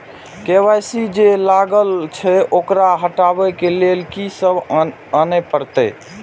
KYC जे लागल छै ओकरा हटाबै के लैल की सब आने परतै?